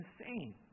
insane